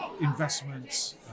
investments